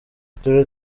uturere